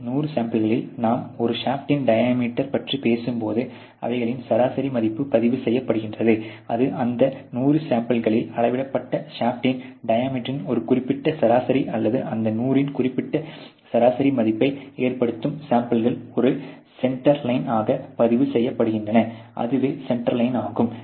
இந்த 100 சாம்பிள்களில் நாம் ஒரு ஷாப்ட்டின் டயாமீட்டர் பற்றி பேசும் போது அவைகளின் சராசரி மதிப்பு பதிவு செய்யப்படுகிறது அது அந்த 100 சாம்பிள்களில் அளவிடப்பட்ட ஷாப்ட்டின் டயாமீட்டரின் ஒரு குறிப்பிட்ட சராசரி அல்லது அந்த 100 இன் குறிப்பிட்ட சராசரி மதிப்பை ஏற்படுத்தும் சாம்பிள்கள் ஒரு சென்டர் லைன் ஆகப் பதிவு செய்யப்படுகின்றன அதுவே சென்டர் லைன் ஆகும்